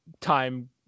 time